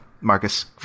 Marcus